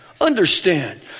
Understand